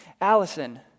Allison